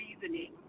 reasoning